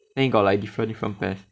then he got like different different pair